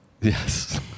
yes